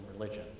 religion